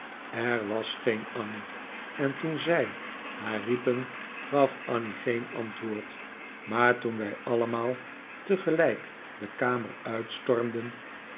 er was geen annie en toen zij haar riepen gaf annie geen antwoord maar toen wij allemaal tegelijk de kamer uitstormden